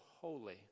holy